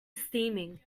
steaming